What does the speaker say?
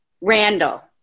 Randall